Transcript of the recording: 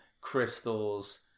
crystals